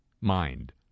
mind